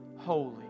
Holy